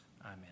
Amen